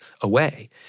away